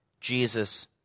Jesus